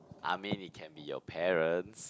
I mean it can be your parents